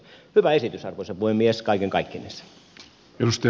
hyvä esitys arvoisa puhemies kaiken kaikkinensa